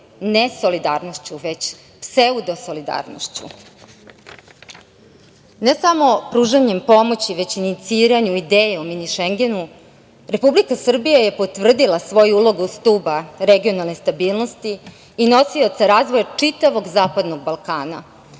ne solidarnošću, već pseudo solidarnošću. Ne samo pružanjem pomoći, već i iniciranjem ideje o Mini Šengenu Republike Srbije je potvrdila svoju ulogu stuba regionalne stabilnosti i nosioca razvoja čitavog zapadnog Balkana.